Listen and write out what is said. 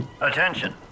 Attention